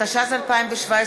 התשע"ז 2017,